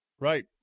Right